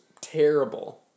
terrible